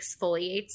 exfoliates